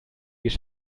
die